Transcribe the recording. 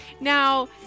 Now